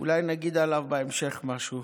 אולי נגיד עליו בהמשך משהו.